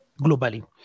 globally